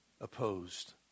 opposed